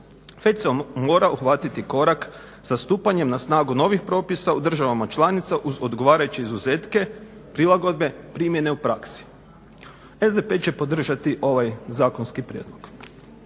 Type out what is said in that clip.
već se mora uhvatiti korak sa stupanjem na snagu novih propisa u državama članica uz odgovarajuće izuzetke prilagodbe primjene u praksi. SDP će podržati ovaj zakonski prijedlog.